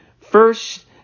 First